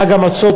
חג המצות,